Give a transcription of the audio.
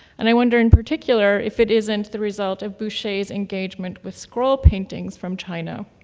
and i wonder in particular if it isn't the result of boucher's engagement with scroll paintings from china.